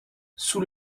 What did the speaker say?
sous